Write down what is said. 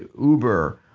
ah uber.